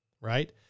right